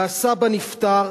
והסבא נפטר,